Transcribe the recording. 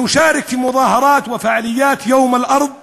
הבה נשתתף בהפגנות ובפעילויות של יום האדמה